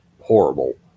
horrible